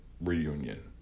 reunion